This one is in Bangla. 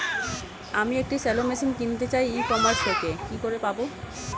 আমি একটি শ্যালো মেশিন কিনতে চাই ই কমার্স থেকে কি করে পাবো?